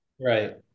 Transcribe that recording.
Right